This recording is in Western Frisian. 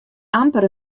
amper